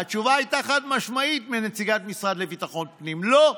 והתשובה הייתה חד-משמעית מנציגת המשרד לביטחון פנים: לא.